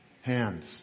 hands